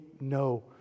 no